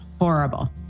Horrible